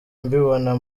mbibona